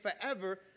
forever